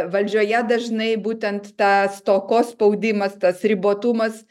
valdžioje dažnai būtent tas stokos spaudimas tas ribotumas